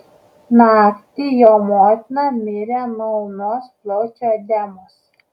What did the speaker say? naktį jo motina mirė nuo ūmios plaučių edemos